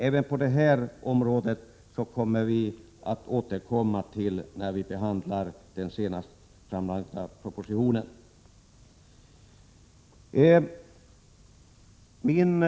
Även på detta område återkommer vi när den senast framlagda propositionen skall behandlas.